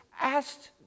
asked